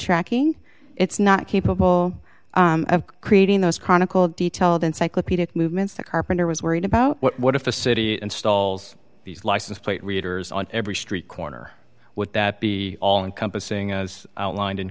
tracking it's not capable of creating those chronicled detailed encyclopedic movements the carpenter was worried about what if a city installs these license plate readers on every street corner would that be all encompassing as outlined in